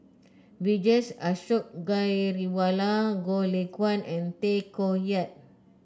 Vijesh Ashok Ghariwala Goh Lay Kuan and Tay Koh Yat